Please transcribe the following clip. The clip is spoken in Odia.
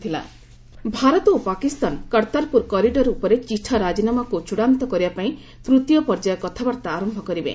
ଇଣ୍ଡୋ ପାକ୍ କର୍ତ୍ତାରପୁର ଭାରତ ଓ ପାକିସ୍ତାନ କର୍ତ୍ତାରପୁର କରିଡର୍ ଉପରେ ଚିଠା ରାଜିନାମାକୁ ଚ୍ଚଡ଼ାନ୍ତ କରିବାପାଇଁ ତୂତୀୟ ପର୍ଯ୍ୟାୟ କଥାବାର୍ଭା ଆରମ୍ଭ କରିବେ